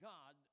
God